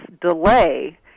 delay